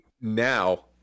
now